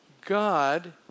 God